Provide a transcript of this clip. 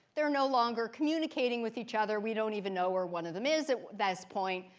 they're no longer communicating with each other. we don't even know where one of them is at this point.